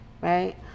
right